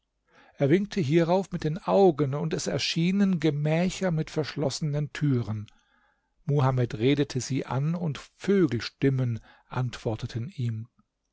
er winkte hierauf mit den augen und es erschienen gemächer mit verschlossenen türen muhamed redete sie an und vögelstimmen antworteten ihm